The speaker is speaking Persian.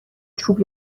چوب